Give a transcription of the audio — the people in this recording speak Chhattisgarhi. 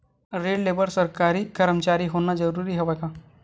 ऋण ले बर सरकारी कर्मचारी होना जरूरी हवय का?